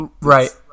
right